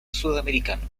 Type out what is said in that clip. sudamericano